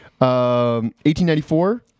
1894